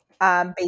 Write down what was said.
Based